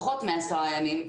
פחות מעשרה ימים,